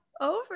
over